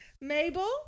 Mabel